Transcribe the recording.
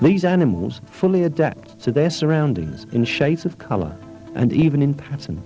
these animals fully adapt to their surroundings in shades of color and even in pets and